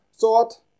thought